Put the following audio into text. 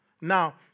Now